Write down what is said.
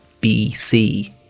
BC